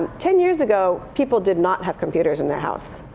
ten years ago, people did not have computers in their house.